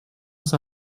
ist